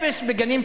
אפס בגנים ציבוריים,